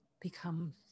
become